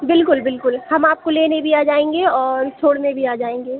बिल्कुल बिल्कुल हम आपको लेने भी आ जाएँगे और छोड़ने भी आ जाएँगे